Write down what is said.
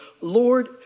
Lord